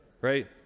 right